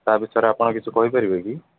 ତା ବିଷୟରେ ଆପଣ କିଛି କହିପାରିବେ କି